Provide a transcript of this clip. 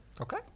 Okay